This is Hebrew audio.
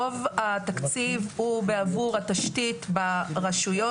רוב התקציב הוא בעבור התשתית ברשויות.